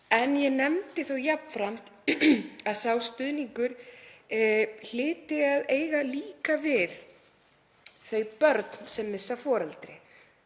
en ég nefndi þó jafnframt að sá stuðningur hlyti að eiga líka við þau börn sem missa foreldri.